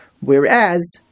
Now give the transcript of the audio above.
Whereas